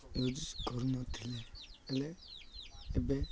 use କରୁନଥିଲେ ହେଲେ ଏବେ